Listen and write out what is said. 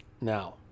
Now